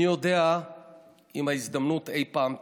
מי יודע אם ההזדמנות אי פעם תחזור.